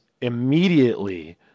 immediately